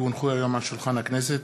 כי הונחו היום על שולחן הכנסת,